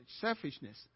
selfishness